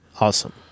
Awesome